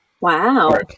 Wow